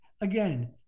again